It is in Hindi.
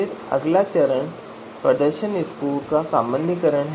फिर अगला चरण प्रदर्शन स्कोर का सामान्यीकरण है